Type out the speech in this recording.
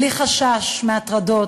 בלי חשש מהטרדות,